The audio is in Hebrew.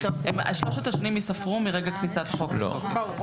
שלושת השנים ייספרו מרגע כניסת החוק לתוקף.